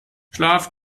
schlaf